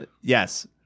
yes